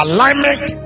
Alignment